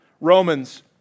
Romans